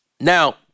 Now